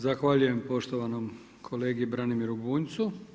Zahvaljujem poštovanom kolegi Branimiru Bunjcu.